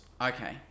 Okay